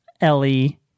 ellie